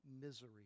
misery